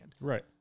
Right